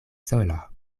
sola